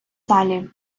залі